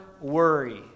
worry